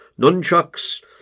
nunchucks